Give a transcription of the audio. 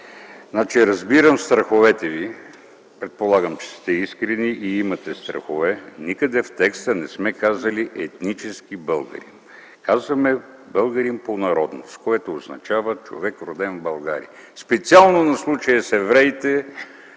Разбирам страховете ви. Предполагам, че сте искрени и имате страхове. Никъде в текста не сме казали етнически българи. Казваме българин по народност, което означава човек, роден в България. Специално за случая с евреите